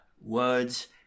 words